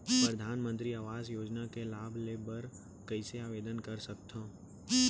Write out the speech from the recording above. परधानमंतरी आवास योजना के लाभ ले बर कइसे आवेदन कर सकथव?